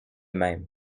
même